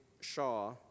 Shaw